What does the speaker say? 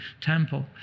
temple